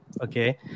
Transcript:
okay